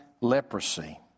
leprosy